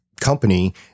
company